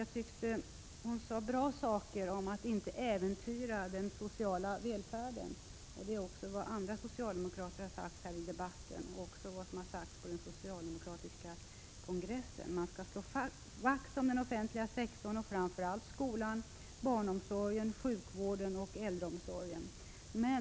Jag tyckte att hon sade bra saker om att inte äventyra den sociala välfärden — det har också andra socialdemokrater talat om här i debatten och även på den socialdemokratiska kongressen: Man skall slå vakt om den offentliga sektorn och framför allt skolan, barnomsorgen, sjukvården och äldreomsorgen.